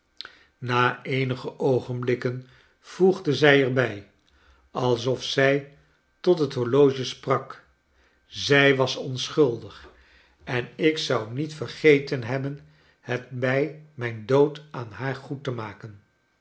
na eenige oogenblikken voegde zij er bij alsof zij tot het horloge sprak zij was onschuldig en ik zou niet vergeten hebben het bij mijn dood aan haar goed te maken